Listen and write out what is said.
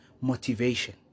motivation